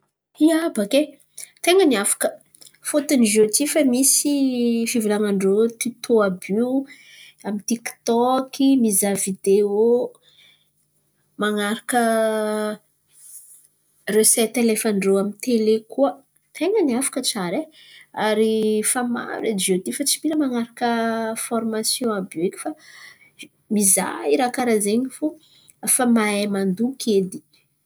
ia, bakà ai ten̈any afaka fôton̈y ziô ty misy fivolan̈an-drô tiotô àby io amy ny tiktoky mizaha videô, man̈araka resety alefan-drô amy ny tele koa ten̈a afaka tsara ai. Ary efa maro ziô ty tsy mila man̈araka formasion àby io eky fa mizàha raha karazen̈y fo fa mahay mandoky edy.